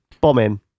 Bombing